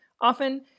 Often